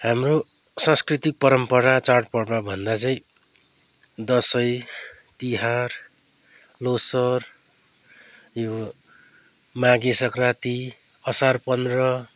हाम्रो संस्कृति परम्परा चाड पर्वभन्दा चाहिँ दसैँ तिहार लोसार यो माघे सङ्क्रान्ति असार पन्ध्र